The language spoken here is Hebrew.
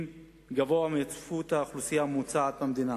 גבוהה מצפיפות האוכלוסייה הממוצעת במדינה.